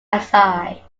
aside